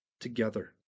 Together